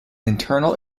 internal